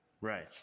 Right